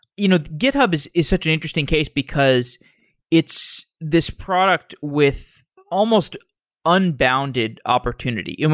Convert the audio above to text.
you know github is is such an interesting case, because it's this product with almost unbounded opportunity. you know